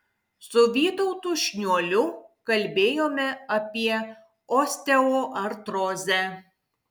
su vytautu šniuoliu kalbėjome apie osteoartrozę